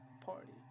party